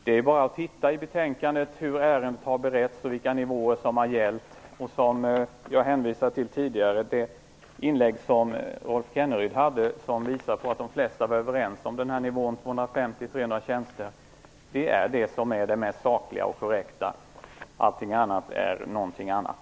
Det är bara att titta i betänkandet hur ärendet har beretts och vilka nivåer som har gällt. Jag hänvisade tidigare till det inlägg som Rolf Kenneryd gjorde. Det visade på att de flesta var överens om nivån 250-300 tjänster. Det är det mest sakliga och korrekta. Allting annat är någonting annat.